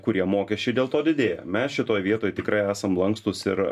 kurie mokesčiai dėl to didėja mes šitoj vietoj tikrai esam lankstūs ir